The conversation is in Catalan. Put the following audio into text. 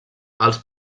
als